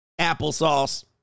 applesauce